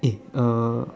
eh uh